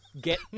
get